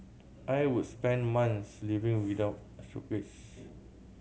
I would spend month living without a suitcase